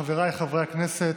חבריי חברי הכנסת,